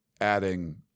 adding